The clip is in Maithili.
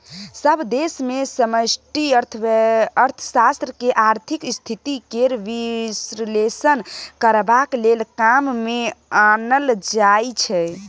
सभ देश मे समष्टि अर्थशास्त्र केँ आर्थिक स्थिति केर बिश्लेषण करबाक लेल काम मे आनल जाइ छै